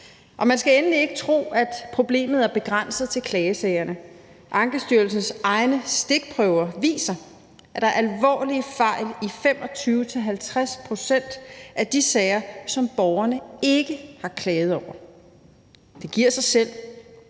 Man skal endelig ikke tro, at problemet er begrænset til klagesagerne. Ankestyrelsens egne stikprøver viser, at der er alvorlige fejl i 25-50 pct. af de sager, som borgerne ikke har klaget over. Det giver sig selv,